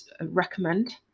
recommend